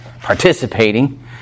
participating